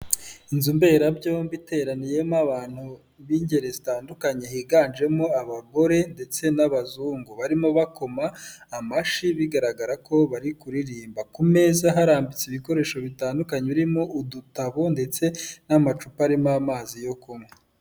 Inzu mberabyombi iteraniyemo abantu b'ingeri zitandukanye, higanjemo abagore ndetse n'abazungu barimo bakoma amashyi, bigaragara ko bari kuririmba, ku meza harambitse ibikoresho bitandukanye birimo udutabo ndetse n'amacupa arimo amazi yo kunywa.